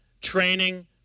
training